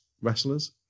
wrestlers